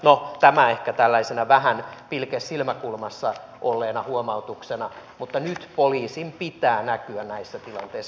no tämä ehkä tällaisena vähän pilke silmäkulmassa olleena huomautuksena mutta nyt poliisin pitää näkyä näissä tilanteissa